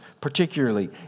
particularly